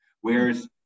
Whereas